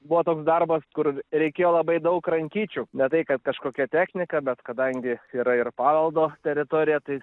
buvo toks darbas kur reikėjo labai daug rankyčių ne tai kad kažkokia technika bet kadangi yra ir paveldo teritorija tai